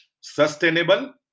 sustainable